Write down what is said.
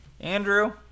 Andrew